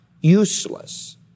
useless